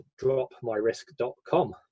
dropmyrisk.com